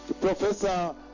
Professor